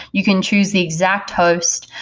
you can choose the exact hosts.